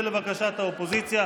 ולבקשת האופוזיציה,